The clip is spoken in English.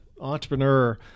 entrepreneur